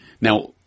Now